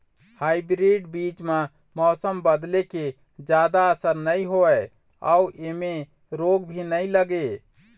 hybrid बीज म मौसम बदले के जादा असर नई होवे अऊ ऐमें रोग भी नई लगे